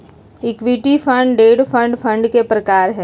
equity fund, debt fund fund के प्रकार हय